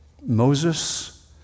Moses